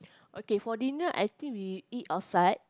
okay for dinner I think we eat outside